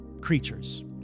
creatures